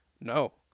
no